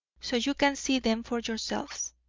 so you can see them for yourselves,